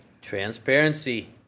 Transparency